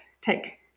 take